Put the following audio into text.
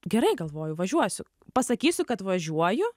gerai galvoju važiuosiu pasakysiu kad važiuoju